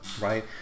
right